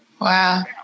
Wow